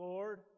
Lord